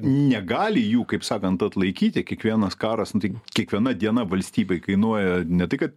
negali jų kaip sakant atlaikyti kiekvienas karas nu tai kiekviena diena valstybei kainuoja ne tai kad